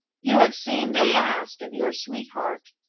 you have seen the last of your sweetheart.